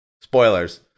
spoilers